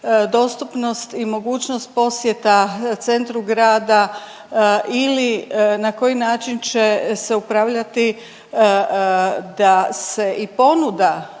dostupnost i mogućnost posjeta centru grada ili na koji način će se upravljati da se i ponuda